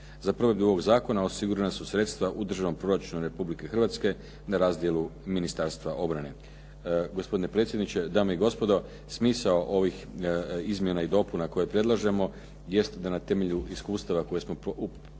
Za provedbu ovog zakona osigurana su sredstva u državnom proračunu Republike Hrvatske na razdjelu Ministarstva obrane. Gospodine predsjedniče, dame i gospodo, smisao ovih izmjena i dopuna koje predlažemo, jest da na temelju iskustva koje smo temeljem